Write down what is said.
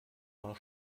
war